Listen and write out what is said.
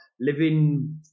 living